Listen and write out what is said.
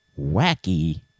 wacky